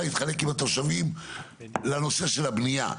להתחלק עם התושבים לנושא של הבנייה,